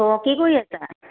অঁ কি কৰি আছা